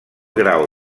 grau